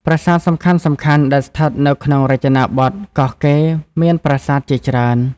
ប្រាសាទសំខាន់ៗដែលស្ថិតនៅក្នុងរចនាបថកោះកេរមេានប្រាសាទជាច្រើន។